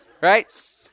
Right